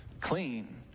clean